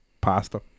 pasta